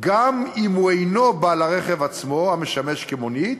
גם אם הוא אינו בעל הרכב המשמש כמונית